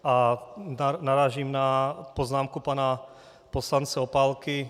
A narážím na poznámku pana poslance Opálky.